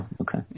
okay